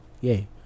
Yay